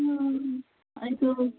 এইটো